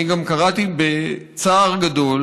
אני גם קראתי בצער גדול